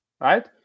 right